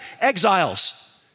exiles